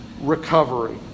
recovery